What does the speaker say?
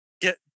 get